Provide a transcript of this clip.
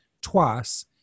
twice